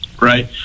Right